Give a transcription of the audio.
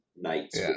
nights